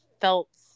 felt